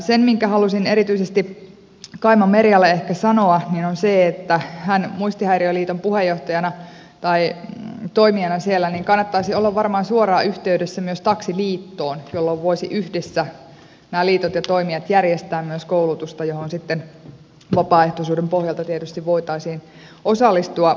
se minkä halusin erityisesti kaima merjalle ehkä sanoa on se että hänen muistihäiriöliiton puheenjohtajana tai toimijana siellä kannattaisi olla varmaan myös suoraan yhteydessä taksiliittoon jolloin voisivat nämä liitot ja toimijat järjestää yhdessä koulutusta johon sitten vapaaehtoisuuden pohjalta tietysti voitaisiin osallistua